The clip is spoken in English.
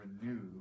renew